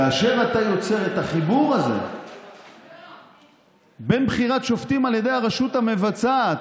כאשר אתה יוצר את החיבור הזה בין בחירת שופטים על ידי הרשות המבצעת,